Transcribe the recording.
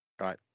right